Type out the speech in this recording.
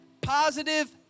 positive